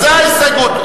זאת ההסתייגות.